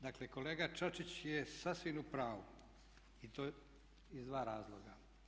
Dakle, kolega Čačić je sasvim u pravu i to iz dva razloga.